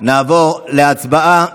נעבור להצבעה.